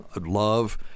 love